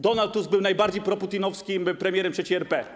Donald Tusk był najbardziej proputinowskim premierem III RP.